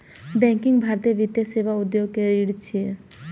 banking भारतीय वित्तीय सेवा उद्योग के रीढ़ छियै